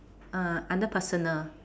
uh under personal